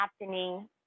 happening